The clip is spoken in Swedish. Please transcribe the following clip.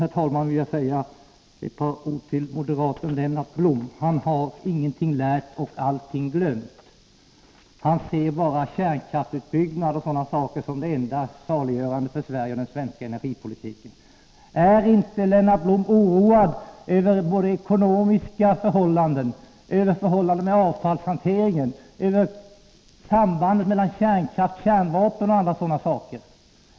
Slutligen vill jag säga ett par ord till moderaten Lennart Blom. Han har ingenting lärt och allting glömt. Han ser kärnkraftsutbyggnad och sådana saker som det enda saliggörande för Sverige och för den svenska energipolitiken. 19 skydda småspararna på börsen Är inte Lennart Blom oroad över de ekonomiska förhållandena, över förhållandena med avfallshanteringen, över sambandet mellan kärnkraft och kärnvapen och andra sådana saker?